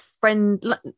friend